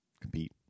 compete